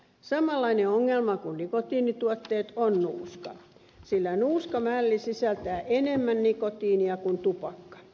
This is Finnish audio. samanlainen ongelma kuin nikotiinituotteet on nuuska sillä nuuskamälli sisältää enemmän nikotiinia kuin tupakka